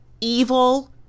evil